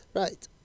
right